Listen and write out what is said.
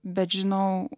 bet žinau